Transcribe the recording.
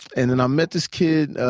and then i met this kid